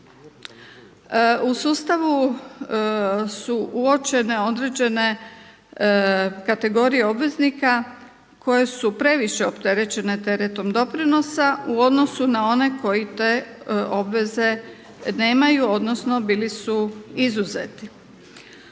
u sustavu su uočene određene kategorije obveznika koje su previše opterećene teretom doprinosa u odnosu na one koji te obveze nemaju odnosno bili su izuzeti.